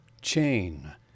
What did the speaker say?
chain